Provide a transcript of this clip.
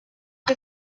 que